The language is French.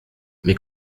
mais